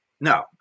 No